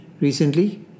Recently